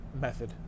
method